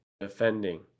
defending